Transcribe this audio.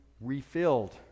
refilled